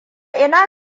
ina